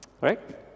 right